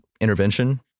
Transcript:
intervention